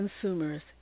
consumers